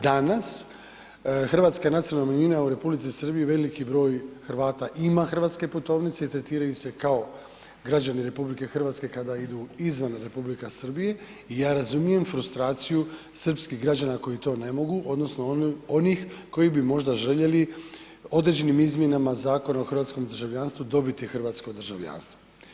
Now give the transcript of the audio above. Danas, hrvatska nacionalna manjina u R. Srbiji, veliki broj Hrvata ima hrvatske putovnice i tretiraju se kao građani RH kada idu izvan R. Srbije i ja razumijem frustraciju srpskih građana koji to ne mogu odnosno onih koji bi možda željeli određenim izmjenama Zakona o hrvatskom državljanstvu dobiti hrvatsko državljanstvo.